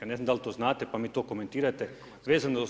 Ne znam dal to znate pa mi to komentirate, vezano uz